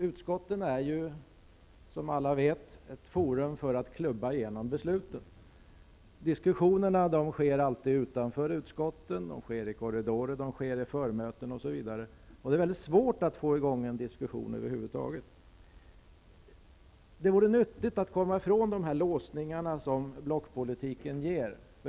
Utskotten är, som alla vet, forum där man klubbar igenom beslut, men det är väldigt svårt att över huvud taget få i gång en diskussion. Diskussioner förs i stället utanför utskotten, i korridorer, i förmöten osv. Det vore nyttigt att komma från de låsningar som blockpolitiken ger.